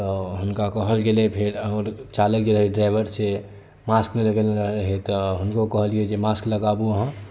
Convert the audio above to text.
तऽ हुनका कहल गेलै फेर आओर चालक जे रहै ड्राइवर से मास्क नहि लगेने रहै तऽ हुनको कहलियै जे मास्क लगाबू अहाँ